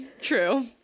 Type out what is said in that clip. True